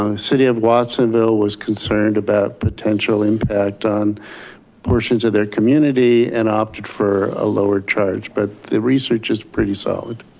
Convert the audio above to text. um city of watsonville was concerned about potential impact on portions of their community and opted for a lower charge. but the research is pretty solid.